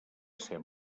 ésser